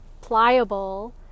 pliable